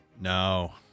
No